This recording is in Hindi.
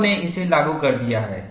लोगों ने उसे लागू कर दिया है